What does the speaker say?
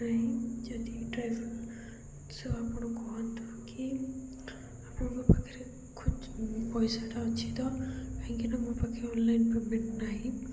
ନାହିଁ ଯଦି driver so ଆପଣ କୁହନ୍ତୁ କି ଆପଣଙ୍କ ପାଖରେ ଖୁଚ ପଇସାଟା ଅଛି ତ କାହିଁକି ନା ମୋ ପାଖେ ଅନଲାଇନ୍ ପେମେଣ୍ଟ ନାହିଁ